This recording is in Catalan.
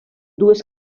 dues